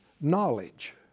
knowledge